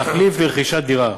תחליף לרכישת דירה.